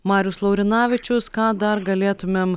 marius laurinavičius ką dar galėtumėm